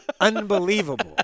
unbelievable